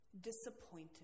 disappointed